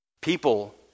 People